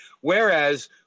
Whereas